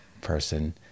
person